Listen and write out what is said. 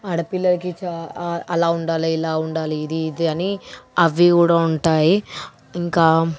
ఆడపిల్లకి చా అలా ఉండాలి ఇలా ఉండాలి ఇది అది అని అవి కూడా ఉంటాయి ఇంకా